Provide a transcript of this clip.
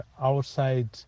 outside